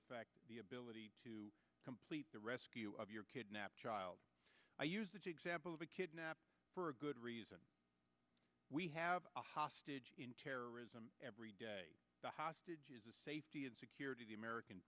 affect the ability to complete the rescue of your kidnapped child i used that example of a kidnapping for a good reason we have a hostage in terrorism every day the hostage is a safety and security of the american